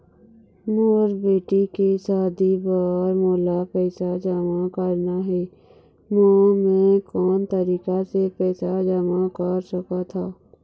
मोर बेटी के शादी बर मोला पैसा जमा करना हे, म मैं कोन तरीका से पैसा जमा कर सकत ह?